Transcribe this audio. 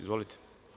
Izvolite.